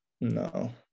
no